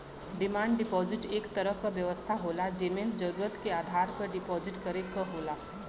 demand deposit एक तरह क व्यवस्था होला जेमन जरुरत के आधार पर डिपाजिट करे क होला